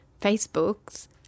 Facebook's